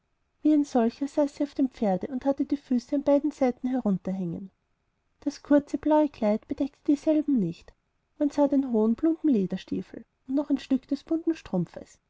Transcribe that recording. wie ein solcher saß sie auf dem pferde und hatte die füße an beiden seiten herunterhängen das kurze blaue kleid deckte dieselben nicht man sah den plumpen hohen lederstiefel und noch ein stück des bunten strumpfes